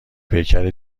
پیکر